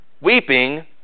weeping